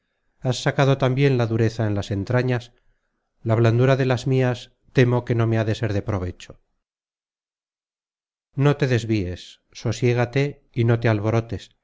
has sacado tambien la dureza en las entrañas la blandura de las mias temo que no me ha de ser de provecho no te desvies sosiégate y no te alborotes